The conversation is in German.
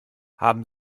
haben